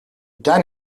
done